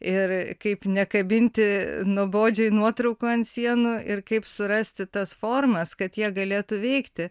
ir kaip nekabinti nuobodžiai nuotraukų ant sienų ir kaip surasti tas formas kad jie galėtų veikti